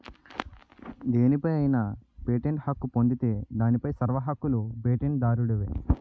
దేనిపై అయినా పేటెంట్ హక్కు పొందితే దానిపై సర్వ హక్కులూ పేటెంట్ దారుడివే